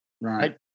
Right